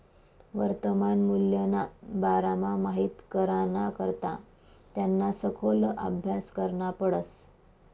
वर्तमान मूल्यना बारामा माहित कराना करता त्याना सखोल आभ्यास करना पडस